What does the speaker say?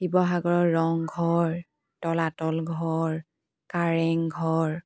শিৱসাগৰৰ ৰংঘৰ তলাতল ঘৰ কাৰেংঘৰ